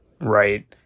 Right